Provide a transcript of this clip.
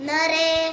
Nare